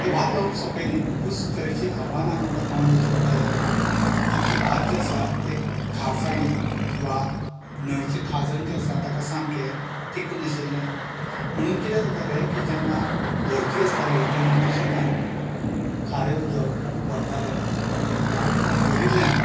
हे भात लावप सोंपें न्ही खुबूच तरेचे आव्हानाक आमकां तोंड दिवचे पडटाले आमचें भात जे आसा ते खारसाणीक वा न्हंयचे खाजन जे आसा ताका सामकें तेंकून आशिल्लें म्हणून कितें जाताले की जेन्ना भरती आसताली तेन्ना आमच्या शेतांत खारें उदक भरतालें आनी खारें उदक भरिल्ल्यान